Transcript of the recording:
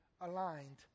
aligned